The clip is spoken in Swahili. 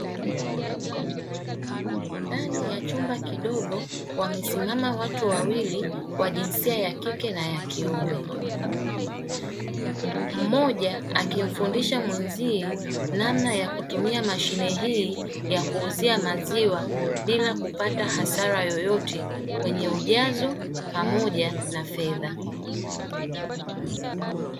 Ndani ya chumba kidogo wamesimama watu wawili wa jinsia ya kike na yakiume mmoja akimfundisha mwenzie namna ya kutumia mashine hii ya kuuzia maziwa, bila kupata hasara yoyote kwenye ujazo pamoja na fedha.